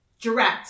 direct